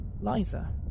Liza